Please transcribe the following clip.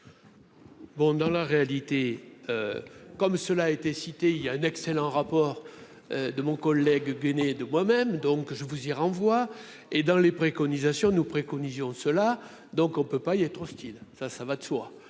Bon, dans la réalité, comme cela a été cité, il y a un excellent rapport de mon collègue gainé de moi même donc je vous y renvoie et dans les préconisations nous préconisions ceux-là, donc on ne peut pas y être hostile, ça, ça va de soi,